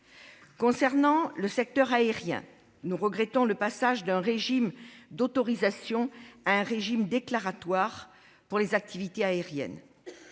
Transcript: Concernant le secteur aérien, nous regrettons le passage d'un régime d'autorisation à un régime déclaratoire pour les activités aériennes.